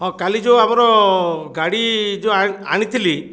ହଁ କାଲି ଯେଉଁ ଆମର ଗାଡ଼ି ଯେଉଁ ଆଣିଥିଲି